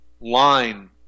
line